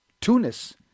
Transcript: Tunis